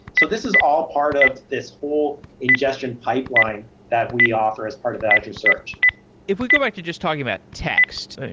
so this is all part of this whole ingestion pipeline that we offer as part of azure search if we go back to just talking about text,